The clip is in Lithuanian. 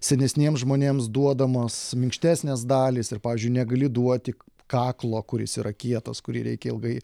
senesniems žmonėms duodamos minkštesnės dalys ir pavyzdžiui negali duoti kaklo kuris yra kietas kurį reikia ilgai